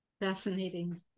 Fascinating